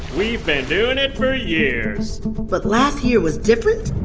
we've been doing it for years but last year was different?